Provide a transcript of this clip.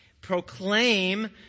Proclaim